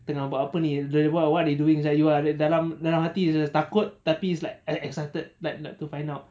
tengah buat apa ni th~ what they doing sia you are dalam dalam hati is just takut tapi it's like excited like to find out